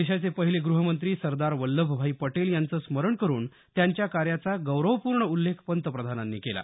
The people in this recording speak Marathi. देशाचे पहिले गृहमंत्री सरदार वल्लभभाई पटेल यांचं स्मरण करुन त्यांच्या कार्याचा गौरवपूर्ण उल्लेख पंतप्रधानांनी केला